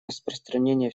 распространения